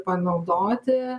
ar naudoti